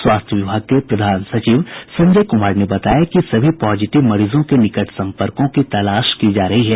स्वास्थ्य विभाग के प्रधान सचिव संजय कुमार ने बताया कि सभी पॉजिटिव मरीजों के निकट सम्पर्कों की तलाश की जा रही है